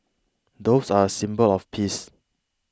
doves are a symbol of peace